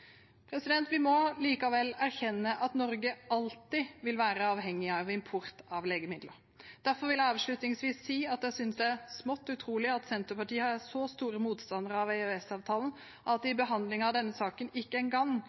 Vi må likevel erkjenne at Norge alltid vil være avhengig av import av legemidler. Derfor vil jeg avslutningsvis si at jeg synes det er smått utrolig at Senterpartiet er så stor motstander av EØS-avtalen at de i behandlingen av denne saken ikke engang